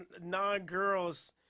non-girls